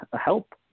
help